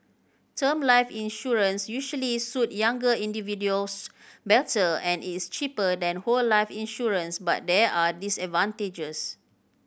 term life insurance usually suit younger individuals better as it's cheaper than whole life insurance but there are disadvantages